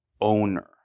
owner